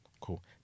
cool